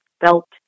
felt